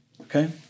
Okay